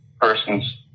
person's